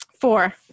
Four